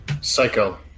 Psycho